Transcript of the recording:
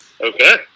Okay